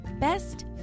Best